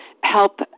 help